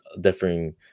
differing